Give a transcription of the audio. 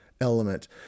element